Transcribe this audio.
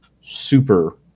super